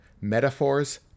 metaphors